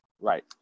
Right